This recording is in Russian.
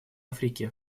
африки